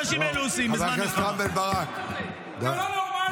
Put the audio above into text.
תגיד לי, אתה נורמלי?